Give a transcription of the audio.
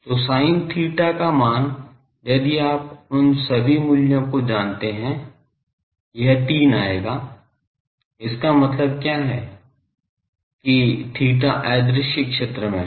तो sin theta का मान यदि आप इन सभी मूल्यों को जानते हैं यह 3 आएगा इसका मतलब क्या है कि theta अदृश्य क्षेत्र में है